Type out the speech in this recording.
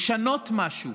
לשנות משהו